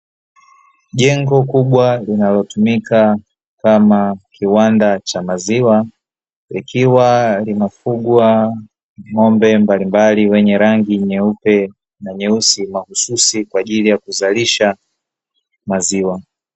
Jengo kubwa linalotumika kama kiwanda cha maziwa, likiwa linafugwa ng'ombe mbalimbali wenye rangi nyeupe na nyeusi, mahususi kwa ajili ya kuzalisha maziwa.